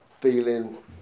feeling